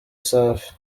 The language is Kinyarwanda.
safi